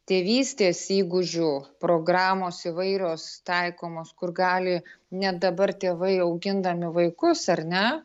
tėvystės įgūdžių programos įvairios taikomos kur gali net dabar tėvai augindami vaikus ar ne